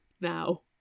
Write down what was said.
Now